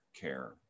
care